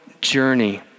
journey